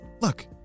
Look